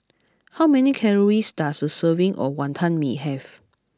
how many calories does a serving of Wonton Mee have